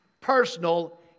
personal